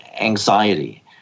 anxiety